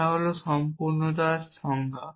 তা হল সম্পূর্ণতার ধারণা